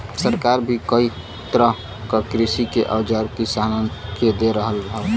सरकार भी कई तरह क कृषि के औजार किसानन के दे रहल हौ